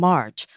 March